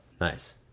Nice